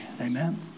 Amen